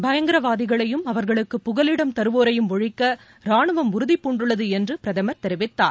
பயங்கரவாதிகளையும் அவர்களுக்கு புகலிடம் தருவோரையும் ஒழிக்க ராணுவம் உறுதி பூண்டுள்ளது என்று பிரதமர் தெரிவித்தார்